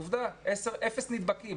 עובדה, אפס נדבקים.